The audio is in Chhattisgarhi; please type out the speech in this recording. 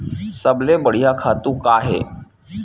सबले बढ़िया खातु का हे?